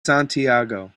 santiago